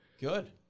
Good